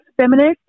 feminist